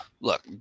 look